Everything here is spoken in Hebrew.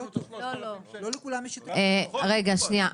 --- חסן,